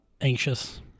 anxious